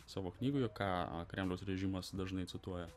savo knygoje ką kremliaus režimas dažnai cituoja